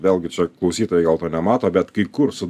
vėlgi čia klausytojai gal to nemato bet kai kur su